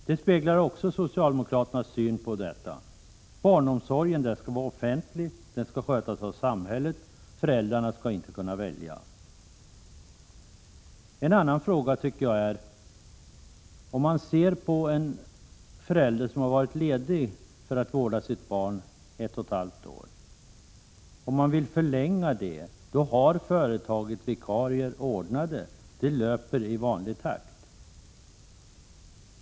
Också här speglas socialdemokratins syn: barnomsorgen skall vara offentlig och skötas av samhället, föräldrarna skall inte kunna välja. En annan fråga: Om man vill förlänga ledigheten för en förälder som har varit ledig för att vårda sitt barn ett och ett halvt år så har företaget redan ordnat vikarie. Det löper i vanlig takt.